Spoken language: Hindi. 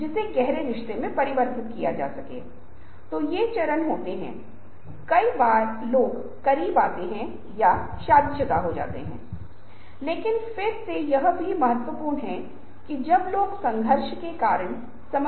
इसलिए जो मूल रूप से हुआ वह यह था कि वास्तव में चीजों को नष्ट करने का एक भ्रम था जो युद्ध के शुरुआती चरण में बनाया गया था और वास्तव में कुछ भी नष्ट नहीं हो रहा था